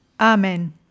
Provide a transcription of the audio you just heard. Amen